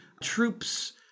troops